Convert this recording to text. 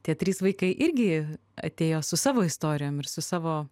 tie trys vaikai irgi atėjo su savo istorijom ir su savo